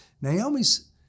Naomi's